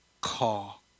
call